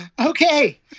Okay